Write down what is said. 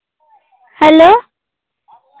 hello